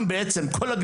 בבית הספר שלי,